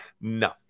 No